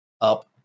up